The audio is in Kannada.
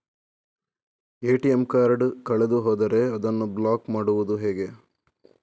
ಎ.ಟಿ.ಎಂ ಕಾರ್ಡ್ ಕಳೆದು ಹೋದರೆ ಅದನ್ನು ಬ್ಲಾಕ್ ಮಾಡುವುದು ಹೇಗೆ?